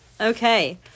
okay